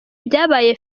byabaye